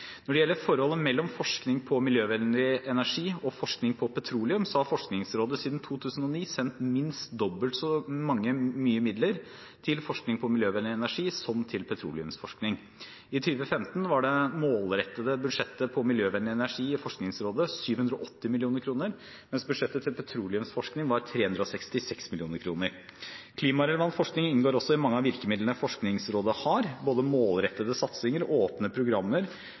Når det gjelder forholdet mellom forskning på miljøvennlig energi og forskning på petroleum, har Forskningsrådet siden 2009 sendt minst dobbelt så mye midler til forskning på miljøvennlig energi som til petroleumsforskning. I 2015 var det målrettede budsjettet på miljøvennlig energi i Forskningsrådet 780 mill. kr, mens budsjettet til petroleumsforskning var 366 mill. kr. Klimarelevant forskning inngår også i mange av virkemidlene Forskningsrådet har, både målrettede satsinger, åpne programmer